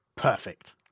Perfect